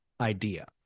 idea